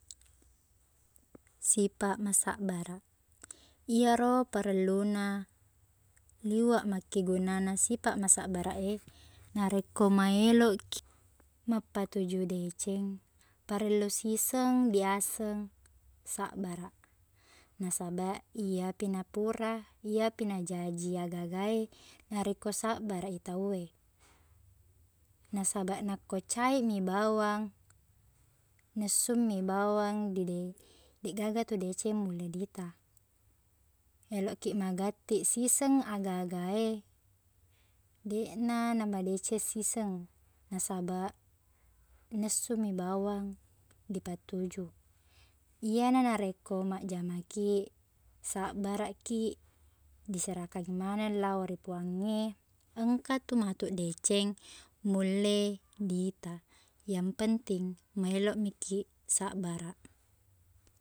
Sipaq masabbaraq iyaro parelluna liweq makkegunana sipaq masabbaraq e narekko maelokkiq mappatuju deceng parellu siseng diaseng sabbaraq nasabaq iyapi napura iyapi najaji agaga e narekko sabbaraq i tau e nasabaq nako caiqmi bawang nessummi bawang dedeng- deqgaga tu deceng mulle mita eloqkiq magatti siseng aga-aga e deqna madeceng siseng nasabaq nessummi bawang dipattuju iyana narekko majjamakiq sabbaraqkiq diserakang maneng lo ri puang e engka tu matuq deceng mulle diita yang penting maelokkiq sabbaraq